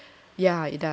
yeah it does so you have to